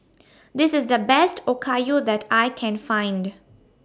This IS The Best Okayu that I Can Find